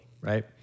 right